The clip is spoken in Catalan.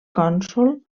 cònsol